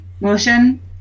motion